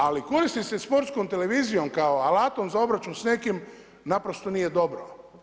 Ali koristiti se sportskom televizijom kao alatom za obračun s nekim naprosto nije dobro.